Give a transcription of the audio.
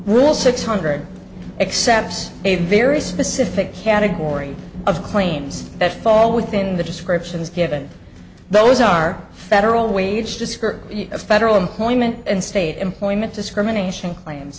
rule six hundred except a very specific category of claims that fall within the descriptions given those are federal wage descriptor of federal employment and state employment discrimination claims